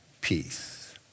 peace